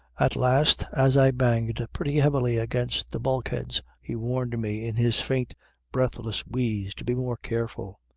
at last as i banged pretty heavily against the bulkheads he warned me in his faint breathless wheeze to be more careful.